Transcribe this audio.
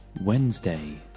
Wednesday